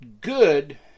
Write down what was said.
Good